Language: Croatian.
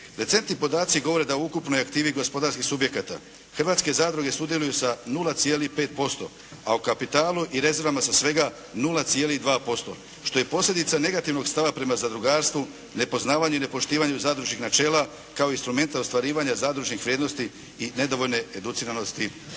Decentni podaci govore da u ukupnoj aktivi gospodarskih subjekata hrvatske zadruge sudjeluju sa 0,5%, a u kapitalu i rezervama sa svega 0,2% što je posljedica negativnog stava prema zadrugarstvu, nepoznavanju i nepoštivanju zadružnih načela kao instrumenta ostvarivanja zadružnih vrijednosti i nedovoljne educiranosti